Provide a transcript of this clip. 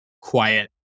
quiet